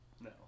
No